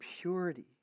purity